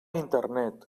internet